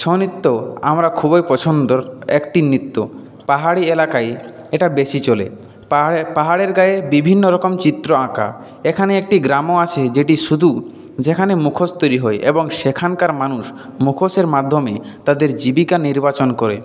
ছৌ নৃত্য আমরা খুবই পছন্দের একটি নৃত্য পাহাড়ি এলাকায় এটা বেশি চলে পাহাড়ে পাহাড়ের গায়ে বিভিন্ন রকম চিত্র আঁকা এখানে একটি গ্রামও আছে যেটি শুধু যেখানে মুখোশ তৈরি হয় এবং সেখানকার মানুষ মুখোশের মাধ্যমে তাদের জীবিকা নির্বাচন করে